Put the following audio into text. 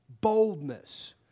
boldness